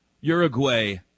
Uruguay